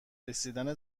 رسیدن